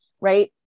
right